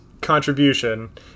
contribution